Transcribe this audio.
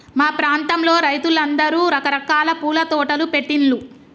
మా ప్రాంతంలో రైతులందరూ రకరకాల పూల తోటలు పెట్టిన్లు